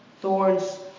Thorns